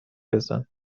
بزن